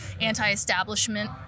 anti-establishment